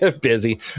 busy